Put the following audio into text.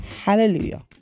hallelujah